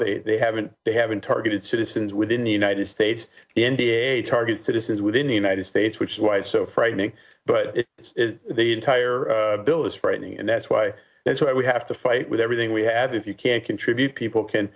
but they haven't they haven't targeted citizens within the united states the n d a target citizens within the united states which is why it's so frightening but it's the entire bill is frightening and that's why that's why we have to fight with everything we have if you can't contribute people